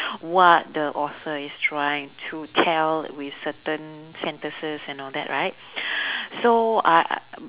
what the author is trying to tell with certain sentences and all that right so I